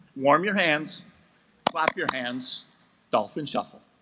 warm your hands clap your hands dolphin shuffle